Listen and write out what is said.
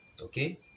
Okay